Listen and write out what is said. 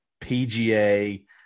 PGA